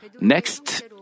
next